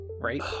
right